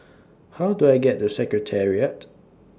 How Do I get to Secretariat